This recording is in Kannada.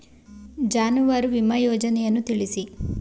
ಜಾನುವಾರು ವಿಮಾ ಯೋಜನೆಯನ್ನು ತಿಳಿಸಿ?